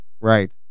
Right